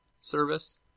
service